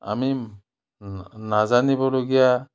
আমি নাজানিবলগীয়া